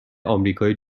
آمریکای